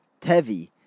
Tevi